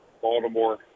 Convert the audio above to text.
Baltimore